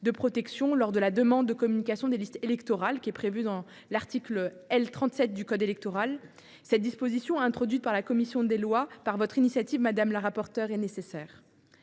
de protection lors de la demande de communication des listes électorales prévue à l’article L. 37 du code électoral. Cette disposition, introduite par la commission des lois sur votre initiative, madame la rapporteure, est nécessaire.